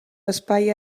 espai